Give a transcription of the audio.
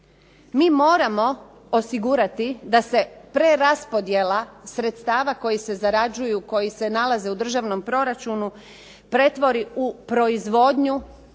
Mi moramo osigurati da se preraspodjela sredstava koji se zarađuju, koji se nalaze u državnom proračunu pretvori u proizvodnju,